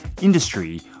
industry